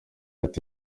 ati